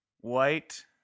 White